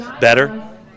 better